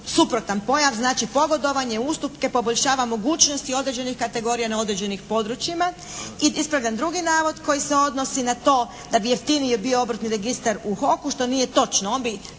suprotan pojam, znači pogodovanje, ustupke, poboljšava mogućnosti određenih kategorija na određenim područjima. I ispravljam drugi navoda koji se odnosi na to da bi jeftiniji bio obrtni registar u HOK-u što nije točno.